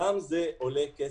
גם זה עולה כסף.